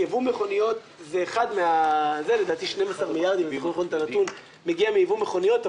12 מיליארד מגיע מיבוא מכוניות.